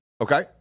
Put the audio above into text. Okay